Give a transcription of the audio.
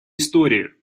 историю